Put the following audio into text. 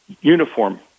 uniform